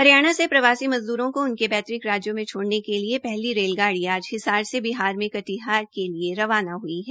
हरियाणा से प्रवासी मज़द्रों को उनके पैतृक राज्यों में छोड़ने के लिए पहली रेलगाड़ी आज हिसार से बिहार के कटीहार के लिए रवाना हई है